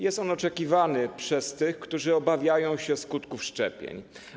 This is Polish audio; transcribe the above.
Jest on oczekiwany przez tych, którzy obawiają się skutków szczepień.